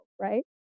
right